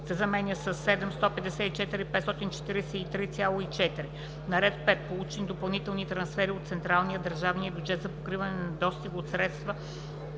се заменя със „7 154 543,4“. - на ред 5. „Получени допълнителни трансфери от централния/държавния бюджет за покриване на недостига от средства“